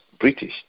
British